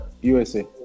USA